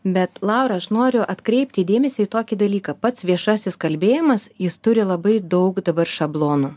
bet laura aš noriu atkreipti dėmesį į tokį dalyką pats viešasis kalbėjimas jis turi labai daug dabar šablonų